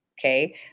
Okay